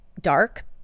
dark